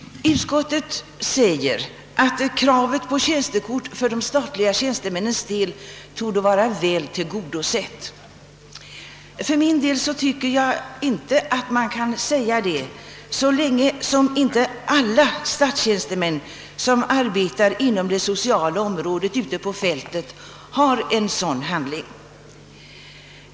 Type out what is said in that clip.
Utskottet säger att kravet på tjänstekort för de statliga tjänstemännens del torde vara väl tillgodosett. För min del tycker jag inte att man kan säga det så länge inte alla statstjänstemän som arbetar inom det sociala området ute på fältet har en sådan handling.